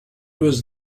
was